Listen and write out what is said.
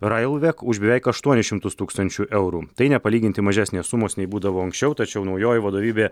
railvek už beveik aštuonis šimtus tūkstančių eurų tai nepalyginti mažesnės sumos nei būdavo anksčiau tačiau naujoji vadovybė